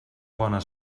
bona